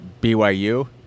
BYU